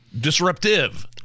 Disruptive